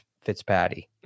Fitzpatrick